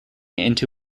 into